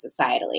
societally